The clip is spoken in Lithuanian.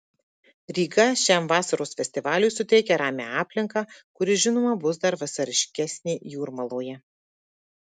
ryga šiam vasaros festivaliui suteikia ramią aplinką kuri žinoma bus dar vasariškesnė jūrmaloje